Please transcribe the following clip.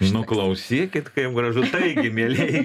nu klausykit kaip gražu taigi mielieji